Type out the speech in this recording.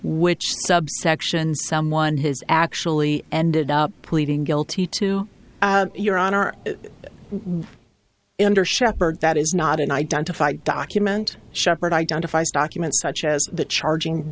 which subsection someone has actually ended up pleading guilty to your honor sheppard that is not an identified document shephard identifies documents such as the charging